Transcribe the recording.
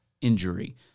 injury